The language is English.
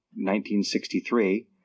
1963